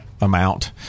amount